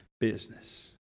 business